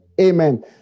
Amen